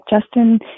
Justin